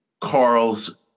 Carl's